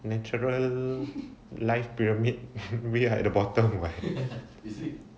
natural life pyramid we are at the bottom [what]